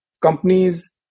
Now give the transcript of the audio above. companies